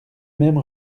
même